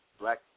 black